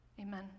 Amen